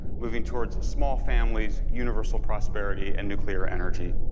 moving toward small families, universal prosperity, and nuclear energy.